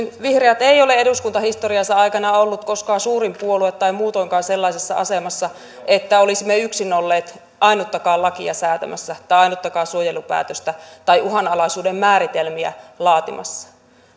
vihreät ei ole eduskuntahistoriansa aikana ollut koskaan suurin puolue tai muutoinkaan sellaisessa asemassa että olisimme yksin olleet ainuttakaan lakia säätämässä tai ainuttakaan suojelupäätöstä tekemässä tai uhanalaisuuden määritelmiä laatimassa